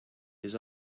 his